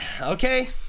okay